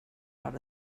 out